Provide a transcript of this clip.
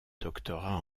doctorat